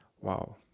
wow